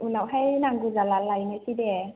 उनावहाय नांगौ जाला लायनोसै दे